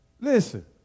Listen